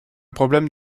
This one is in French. problème